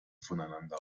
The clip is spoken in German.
voneinander